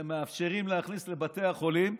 שהם מאפשרים להכניס לבתי החולים,